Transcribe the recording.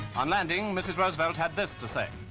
on landing, mrs. roosevelt had this to say,